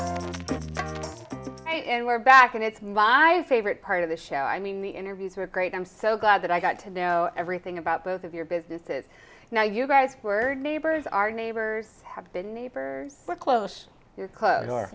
more and we're back and it's my favorite part of the show i mean the interviews were great i'm so glad that i got to know everything about both of your businesses now you guys were neighbors our neighbors have been neighbors close you're close or